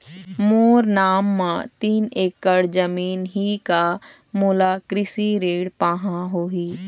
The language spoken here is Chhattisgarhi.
मोर नाम म तीन एकड़ जमीन ही का मोला कृषि ऋण पाहां होही?